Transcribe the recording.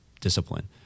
discipline